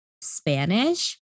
Spanish